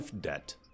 debt